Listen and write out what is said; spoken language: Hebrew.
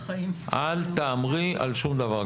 אל תהמרי של שום דבר.